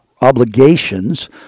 obligations